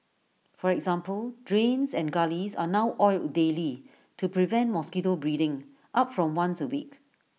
for example drains and gullies are now oiled daily to prevent mosquito breeding up from once A week